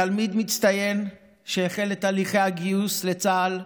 תלמיד מצטיין שהחל את תהליכי הגיוס לצה"ל,